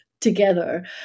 together